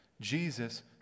Jesus